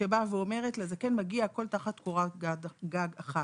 שאומרת שלזקן מגיע לקבל הכול תחת קורת גג אחת.